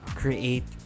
create